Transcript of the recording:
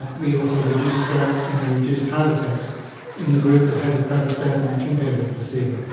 and we also reduced strokes and we reduced heart attacks in the group that had the pravastatin compared with placebo.